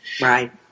Right